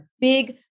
big